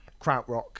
krautrock